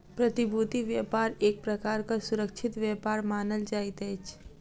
प्रतिभूति व्यापार एक प्रकारक सुरक्षित व्यापार मानल जाइत अछि